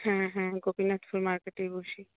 হ্যাঁ হ্যাঁ গোপীনাথপুর মার্কেটেই বসি